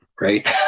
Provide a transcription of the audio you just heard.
right